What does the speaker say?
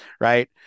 Right